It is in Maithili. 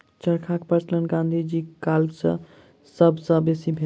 चरखाक प्रचलन गाँधी जीक काल मे सब सॅ बेसी भेल